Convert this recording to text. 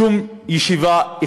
שום ישיבה.